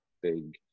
big